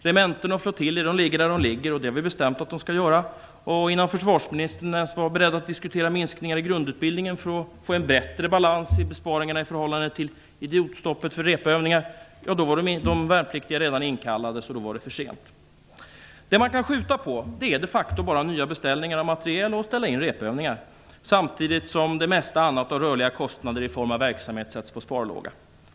Regementen och flottiljer ligger där de ligger, och det har vi bestämt att de skall göra. Innan försvarsministern var beredd att ens diskutera minskningar i grundutbildningen för att få en bättre balans i besparingarna i förhållandet till idiotstoppet för repövningar, var de värnpliktiga redan inkallade, och då var det för sent. Det som man kan skjuta är de facto bara nya beställningar av materiel och att ställa in repövningar, samtidigt som det mesta annat av rörliga kostnader i form av verksamhet sätts på sparlåga.